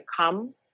come